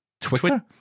Twitter